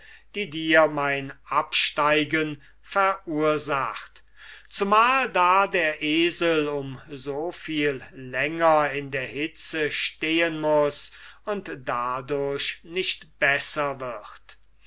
die dir mein absteigen verursacht zumal da der esel um so viel länger in der hitze stehen muß und dadurch nicht besser wird